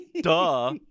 Duh